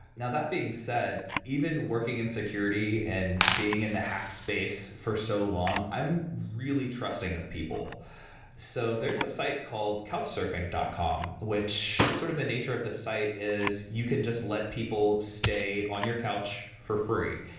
now that being said, even working in security and being in the hack space for so long, i'm really trusting of people so there's a site called couchsurfing dot com, which sort of the nature of the site is you can just let people stay on your couch for free.